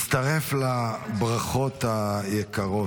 מצטרף לברכות היקרות.